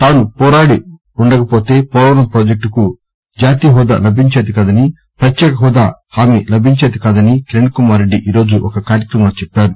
తాను పోరాడి ఉండకపోతే పోలవరం ప్రాజెక్టుకు జాతీయ హెూదా లభించేది కాదని ప్రత్యేక హెూదా హామీ లభించేది కాదని కిరణ్కుమార్రెడ్డి ఈరోజు ఒక కార్యక్రమంలో చెప్పారు